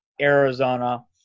Arizona